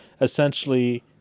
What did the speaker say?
essentially